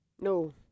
No